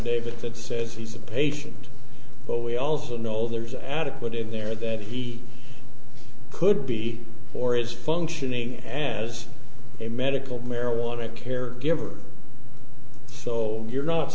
that says he's a patient but we also know there is adequate in there that he could be or is functioning as a medical marijuana care giver so you're not